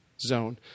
zone